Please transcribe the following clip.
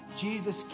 Jesus